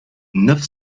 neuf